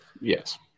Yes